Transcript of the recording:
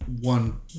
one